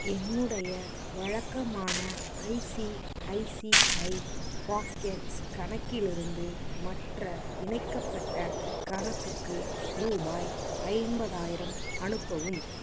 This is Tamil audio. என்னுடைய வழக்கமான ஐசிஐசிஐ பாக்கெட்ஸ் கணக்கிலிருந்து மற்ற இணைக்கப்பட்ட கணக்குக்கு ரூபாய் ஐம்பதாயிரம் அனுப்பவும்